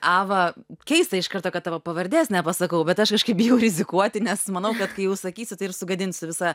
ava keista iš karto kad tavo pavardės nepasakau bet aš kažkaip bijau rizikuoti nes manau kad kai jau sakysiu tai ir sugadinsiu visą